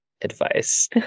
advice